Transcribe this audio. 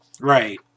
Right